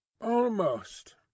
almost